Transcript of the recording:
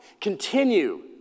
continue